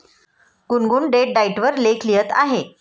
गुनगुन date diet वर लेख लिहित आहे